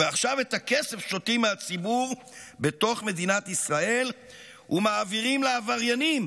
ועכשיו את הכסף שותים מהציבור בתוך מדינת ישראל ומעבירים לעבריינים